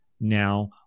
now